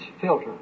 filter